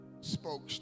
spoke